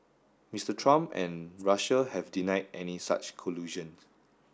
Mister Trump and Russia have denied any such collusion